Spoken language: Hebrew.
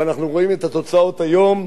ואנחנו רואים את התוצאות היום: